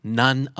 none